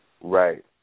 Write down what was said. Right